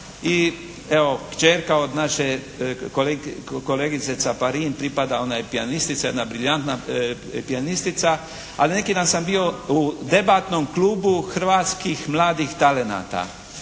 i evo kćerka od naše kolegice Caparin pripada ona je pijanistica, jedna briljantna pijanistica, ali neki dan sam bio u debatnom klubu hrvatskih mladih talenata.